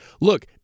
look